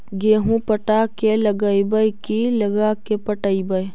गेहूं पटा के लगइबै की लगा के पटइबै?